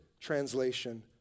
translation